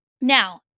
Now